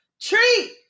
treat